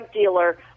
dealer